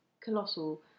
colossal